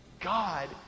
God